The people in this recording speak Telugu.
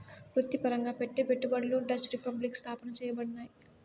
వృత్తిపరంగా పెట్టే పెట్టుబడులు డచ్ రిపబ్లిక్ స్థాపన చేయబడినాయి